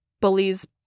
bullies